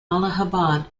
allahabad